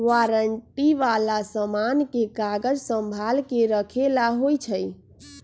warranty वाला समान के कागज संभाल के रखे ला होई छई